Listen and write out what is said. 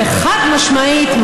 וחד-משמעית,